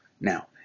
Now